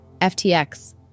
FTX